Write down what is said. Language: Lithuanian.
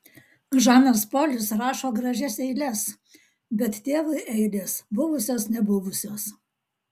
žanas polis rašo gražias eiles bet tėvui eilės buvusios nebuvusios